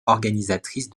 organisatrices